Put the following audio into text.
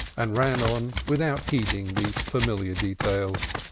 and ran on without heeding these familiar details,